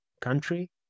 country